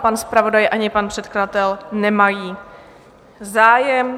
Pan zpravodaj, ani pan předkladatel nemají zájem.